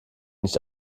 nicht